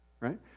right